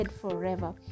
forever